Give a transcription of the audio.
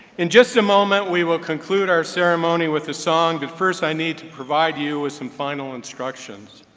in just a moment, we will conclude our ceremony with a song. but first, i need to provide you with some final instructions.